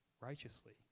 righteously